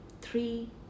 three